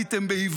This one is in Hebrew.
במעלית הם בעברית,